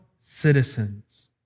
citizens